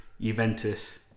Juventus